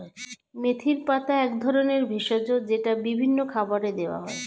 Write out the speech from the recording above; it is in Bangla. মেথির পাতা এক ধরনের ভেষজ যেটা বিভিন্ন খাবারে দেওয়া হয়